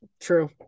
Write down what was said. true